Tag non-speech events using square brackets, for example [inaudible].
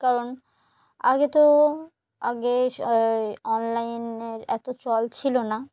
কারণ আগে তো আগে [unintelligible] অনলাইনের এত চল ছিল না